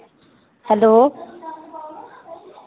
hello